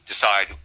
decide